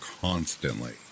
constantly